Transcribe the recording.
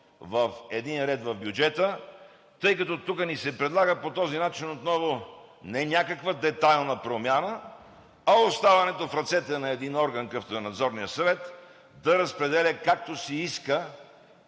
в един ред в бюджета. Тук ни се предлага по този начин отново не някаква детайлна промяна, а оставането в ръцете на един орган, какъвто е Надзорният съвет, да разпределя както си иска